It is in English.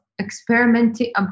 experimenting